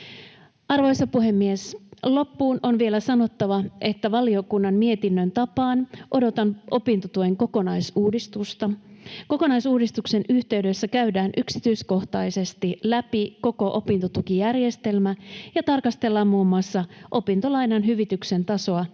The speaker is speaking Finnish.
Arvoisa puhemies! Loppuun on vielä sanottava, että valiokunnan mietinnön tapaan minäkin odotan opintotuen kokonaisuudistusta. Kokonaisuudistuksen yhteydessä käydään yksityiskohtaisesti läpi koko opintotukijärjestelmä ja tarkastellaan muun muassa opintolainan hyvityksen tasoa